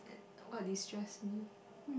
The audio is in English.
like what distressed me